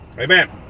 Amen